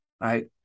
Right